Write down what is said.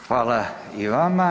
Hvala i vama.